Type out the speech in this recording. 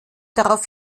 darauf